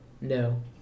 No